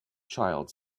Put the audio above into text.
child